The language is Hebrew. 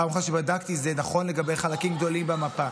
בפעם אחרונה שבדקתי זה נכון לגבי חלקים גדולים במפה.